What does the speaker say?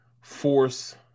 force